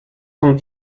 sont